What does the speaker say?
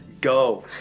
go